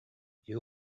you